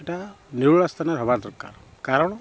ଏଇଟା ନିରୋଳା ସ୍ଥାନରେ ହେବା ଦରକାର କାରଣ